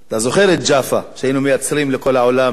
שהיינו מייצרים לכל העולם את התפוזים הכי טובים.